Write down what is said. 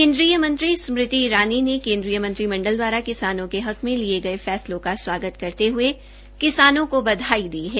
केन्द्रीय मंत्री स्मृति ईरानी केन्द्रीय मंत्रिमंडल द्वारा किसानों के हक के लिए गये फैसलों का स्वागत करते हये किसानों को बधाई दी है